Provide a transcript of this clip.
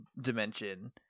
dimension